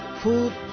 food